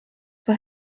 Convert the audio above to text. for